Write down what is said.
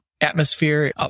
atmosphere